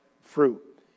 fruit